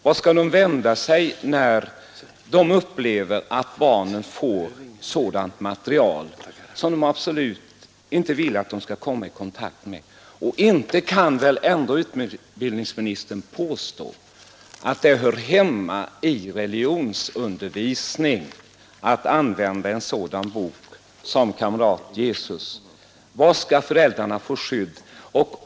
Vart skall de vända sig när de upplever att barnen får se sådant i TV, som föräldrarna absolut inte vill att barnen skall komma i kontakt med? Och inte vill väl utbildningsministern påstå att det hör hemma i religionsundervisningen att använda en sådan bok som Kamrat Jesus? Var skall föräldrarna få skydd för barnen mot sådant?